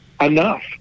enough